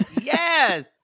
Yes